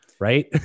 right